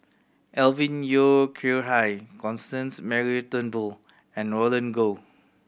Alvin Yeo Khirn Hai Constance Mary Turnbull and Roland Goh